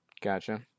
Gotcha